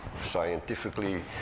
scientifically